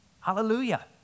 Hallelujah